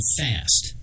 fast